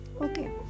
Okay